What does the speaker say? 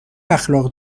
اخلاق